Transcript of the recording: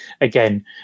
again